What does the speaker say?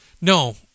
No